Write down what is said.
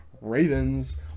Ravens